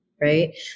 right